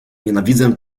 nienawidzę